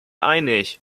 einig